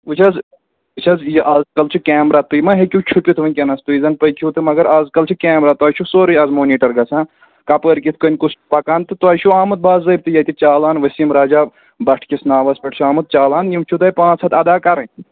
وُچھ حظ وُچھ حظ یہِ اَزکَل چھُ کیمرا تُہۍ ما ہیٚکِو چھُپِتھ وُنکٮ۪نَس تُہۍ زَن پٔکہِو تہٕ مگر اَزکَل چھُ کیمرا تۄہہِ چھُو سورُے اَز مونیٖٹَر گژھان کَپٲرۍ کِتھٕ کٔنۍ کُس پکان تہٕ تۄہہِ چھُو آمُت باضٲبطہٕ ییٚتہِ چالان ؤسیٖم راجا بَٹھ کِس ناوَس پٮ۪ٹھ چھُ آمُت چالان یِم چھِو تۄہہِ پانٛژھ ہَتھ اَدا کَرٕنۍ